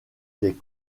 des